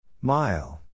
Mile